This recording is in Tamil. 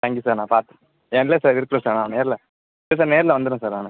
தேங்க் யூ சார் நான் பாத் ஏன் இல்லை சார் இருக்கும் சார் நான் நேரில இல்லை சார் நேரில வந்துடுறேன் சார் நான்